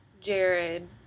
Jared